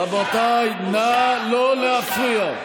בושה, רבותיי, נא לא להפריע.